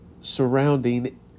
surrounding